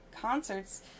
concerts